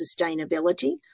sustainability